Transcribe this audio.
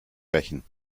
rächen